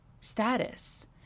status